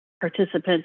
participants